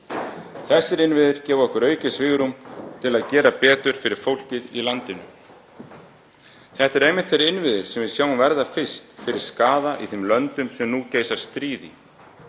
Þessir innviðir gefa okkur aukið svigrúm til að gera betur fyrir fólkið í landinu. Þetta eru einmitt þeir innviðir sem við sjáum verða fyrst fyrir skaða í þeim löndum þar sem nú geisar stríð.